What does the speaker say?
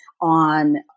on